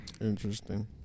interesting